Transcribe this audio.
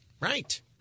Right